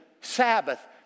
Sabbath